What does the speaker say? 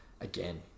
again